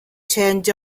turned